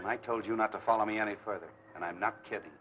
and i told you not to follow me any further and i'm not kidding